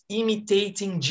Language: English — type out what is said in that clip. imitating